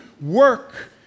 work